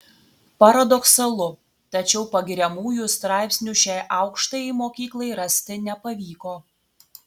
paradoksalu tačiau pagiriamųjų straipsnių šiai aukštajai mokyklai rasti nepavyko